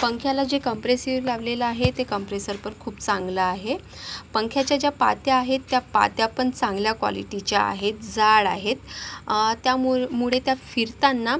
पंख्याला जे कंपरेसिव्ह लावलेले आहे ते कंपरेसर पण खूप चांगले आहे पंख्याच्या ज्या पात्या आहेत त्या पात्या पण चांगल्या क्वालिटीच्या आहेत जाड आहेत त्यामु मु मुळे त्या फिरतांना